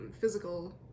physical